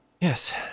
Yes